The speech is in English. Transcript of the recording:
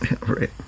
Right